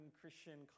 Christian